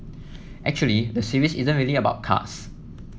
actually the series isn't really about cards